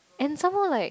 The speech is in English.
and some more like